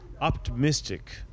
optimistic